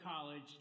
college